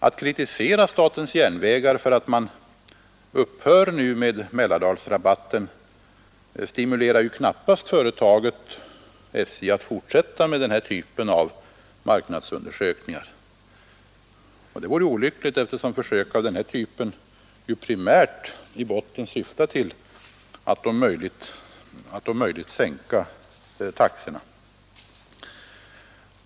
Att kritisera SJ för att man nu upphör med Mälardalsrabatten stimulerar knappast SJ att fortsätta med denna typ av marknadsundersökningar. Det vore olyckligt, eftersom försök av denna typ primärt syftar till att om möjligt sänka taxorna.